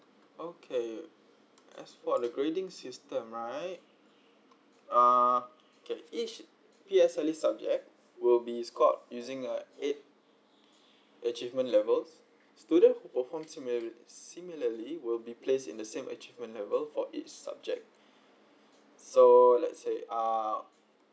okay as for the grading system right uh okay each subject will be scored using a eight achievement levels student will perform similarly will be placed in the same achievement level for each subject so let say uh